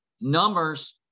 Numbers